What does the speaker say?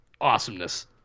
awesomeness